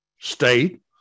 state